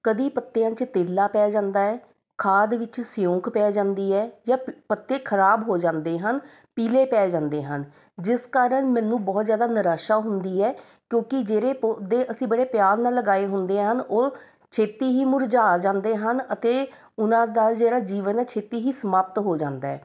ਕਦੇ ਪੱਤਿਆਂ 'ਚ ਤੇਲਾ ਪੈ ਜਾਂਦਾ ਹੈ ਖਾਦ ਵਿੱਚ ਸਿਉਂਕ ਪੈ ਜਾਂਦੀ ਹੈ ਜਾਂ ਪ ਪੱਤੇ ਖਰਾਬ ਹੋ ਜਾਂਦੇ ਹਨ ਪੀਲੇ ਪੈ ਜਾਂਦੇ ਹਨ ਜਿਸ ਕਾਰਨ ਮੈਨੂੰ ਬਹੁਤ ਜ਼ਿਆਦਾ ਨਿਰਾਸ਼ਾ ਹੁੰਦੀ ਹੈ ਕਿਉਂਕਿ ਜਿਹੜੇ ਪੌਦੇ ਅਸੀਂ ਬੜੇ ਪਿਆਰ ਨਾਲ ਲਗਾਏ ਹੁੰਦੇ ਹਨ ਉਹ ਛੇਤੀ ਹੀ ਮੁਰਝਾ ਜਾਂਦੇ ਹਨ ਅਤੇ ਉਨ੍ਹਾਂ ਦਾ ਜਿਹੜਾ ਜੀਵਨ ਹੈ ਛੇਤੀ ਹੀ ਸਮਾਪਤ ਹੋ ਜਾਂਦਾ ਹੈ